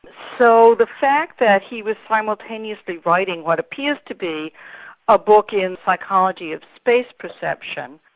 so the fact that he was simultaneously writing what appears to be a book in psychology of space perception,